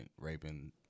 raping